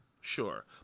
Sure